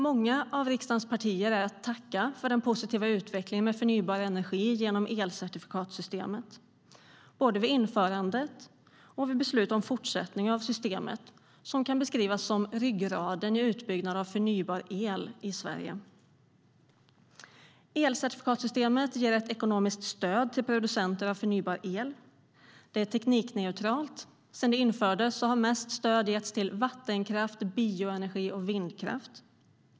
Många av riksdagens partier är att tacka för den positiva utvecklingen med förnybar energi genom elcertifikatssystemet, både vid införandet och vid beslut om fortsättning av systemet, som kan beskrivas som ryggraden i utbyggnaden av förnybar el i Sverige. Elcertifikatssystemet ger ett ekonomiskt stöd till producenter av förnybar el. Det är teknikneutralt. Sedan det infördes har mest stöd getts till vattenkraft, bioenergi och vindkraft.